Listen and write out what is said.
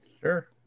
Sure